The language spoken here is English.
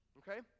okay